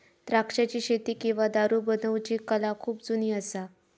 द्राक्षाची शेती किंवा दारू बनवुची कला खुप जुनी असा